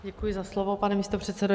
Děkuji za slovo, pane místopředsedo.